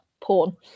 porn